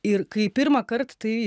ir kai pirmąkart tai